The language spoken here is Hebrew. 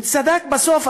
צדק בסוף,